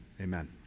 Amen